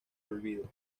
olvido